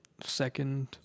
second